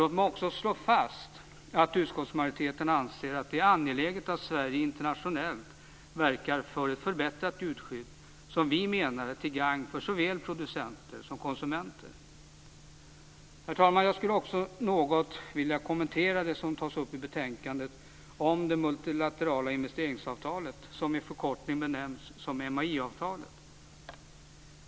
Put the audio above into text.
Låt mig också slå fast att utskottsmajoriteten anser att det är angeläget att Sverige internationellt verkar för ett förbättrat djurskydd, som vi menar är till gagn för såväl producenter som konsumenter. Herr talman! Jag skulle också något vilja kommentera det som tas upp i betänkandet om det multilaterala investeringsavtalet, som i förkortning benämns MAI-avtalet.